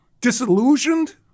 Disillusioned